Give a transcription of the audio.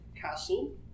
Castle